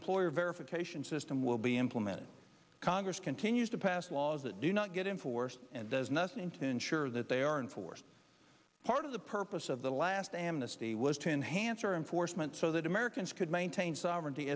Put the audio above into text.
employer verification system will be implemented congress continues to pass laws that do not get in force and does nothing to ensure that they are enforced part of the purpose of the last amnesty was to enhance our enforcement so that americans could maintain sovereignty